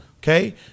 Okay